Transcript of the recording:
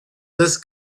this